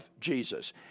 Jesus